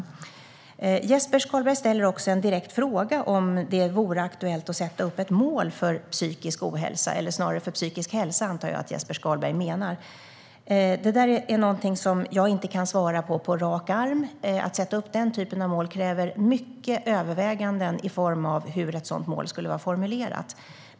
Jesper Skalberg Karlsson ställer också en direkt fråga om det vore aktuellt att sätta upp ett mål för psykisk ohälsa, eller snarare för psykisk hälsa antar jag att han menar. Det är någonting som jag på rak arm inte kan svara på. Att sätta upp den typen av mål kräver många överväganden i form av hur ett sådant mål skulle vara formulerat.